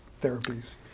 therapies